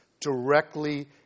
directly